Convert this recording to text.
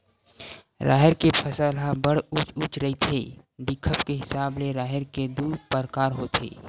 राहेर के फसल ह बड़ उँच उँच रहिथे, दिखब के हिसाब ले राहेर के दू परकार होथे